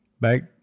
back